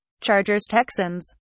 Chargers-Texans